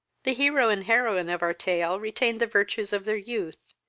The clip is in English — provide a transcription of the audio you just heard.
the hero and heroine of our tale retained the virtues of their youth,